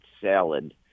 salad